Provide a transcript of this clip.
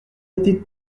été